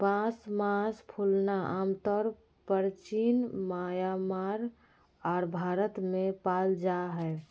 बांस मास फूलना आमतौर परचीन म्यांमार आर भारत में पाल जा हइ